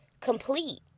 complete